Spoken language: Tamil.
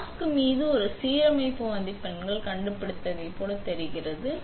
மாஸ்க் மீது ஒரு சீரமைப்பு மதிப்பெண்கள் கண்டுபிடித்ததைப் போல் தெரிகிறது